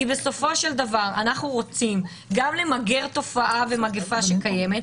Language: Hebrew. כי בסופו של דבר אנחנו רוצים גם למגר תופעה ומגפה שקיימת,